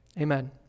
amen